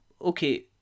okay